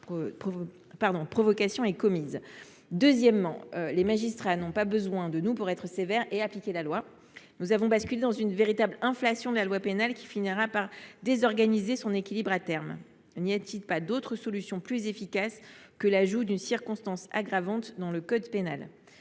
D’autre part, les magistrats n’ont pas besoin de nous pour être sévères et appliquer la loi. Nous avons basculé dans une véritable inflation de la loi pénale qui finira par désorganiser à terme son équilibre. N’y a t il aucune solution plus efficace que l’ajout d’une circonstance aggravante dans le code pénal ?